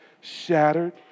shattered